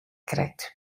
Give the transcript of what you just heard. krekt